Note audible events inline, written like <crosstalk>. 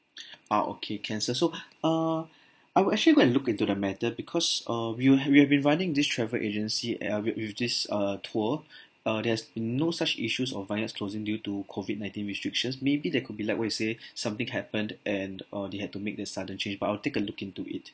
<breath> ah okay can sir so uh I would actually go and look into the matter because uh we've we've been running this travel agency uh with with this uh tour uh there has been no such issues of vineyards closing due to COVID nineteen restrictions maybe that could be like what you say something happened and uh they had to make the sudden change but I'll take look into it